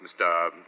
Mr